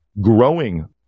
growing